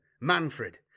Manfred